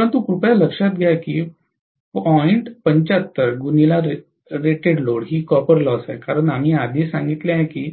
परंतु कृपया लक्षात घ्या की ही कॉपर लॉस आहे कारण आम्ही आधीच सांगितले आहे की